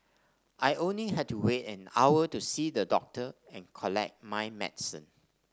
I only had to wait an hour to see the doctor and collect my medicine